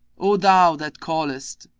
o thou that callest,